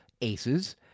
aces